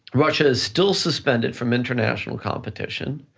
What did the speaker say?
russia is still suspended from international competition.